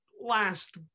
last